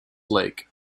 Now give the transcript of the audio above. lake